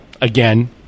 again